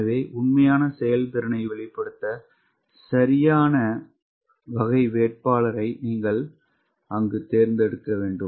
எனவே உண்மையான செயல்திறனை வெளிப்படுத்த சரியான வகை வேட்பாளரை நீங்கள் தேர்ந்தெடுக்க வேண்டும்